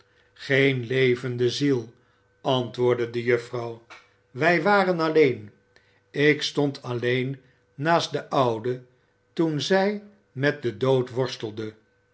geen levende ziel antwoordde de juffrouw wij waren alleen ik stond alleen naast de oude toen zij met den dood worstelde